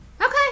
Okay